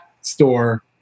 store